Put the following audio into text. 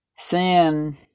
Sin